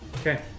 Okay